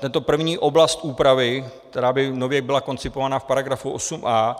Tato první oblast úpravy, která by nově byla koncipována v § 8a,